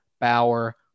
Bauer